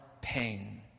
pain